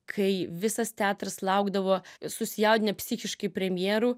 kai visas teatras laukdavo susijaudinę psichiškai premjeru